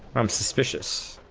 am suspicious